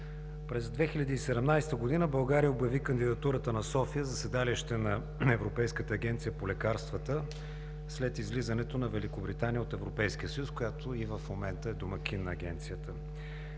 През 2017 г. България обяви кандидатурата на София за седалище на Европейската агенция по лекарствата след излизането на Великобритания от Европейския съюз, която и в момента е домакин на Агенцията.